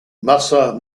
marcel